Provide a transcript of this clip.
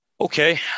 Okay